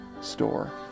store